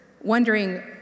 wondering